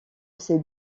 ces